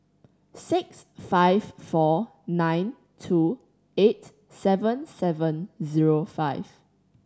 six five four nine two eight seven seven zero five